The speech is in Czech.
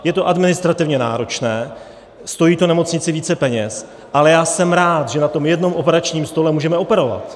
Je to administrativně náročné, stojí to nemocnici více peněz, ale já jsem rád, že na tom jednom operačním stole můžeme operovat.